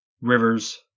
Rivers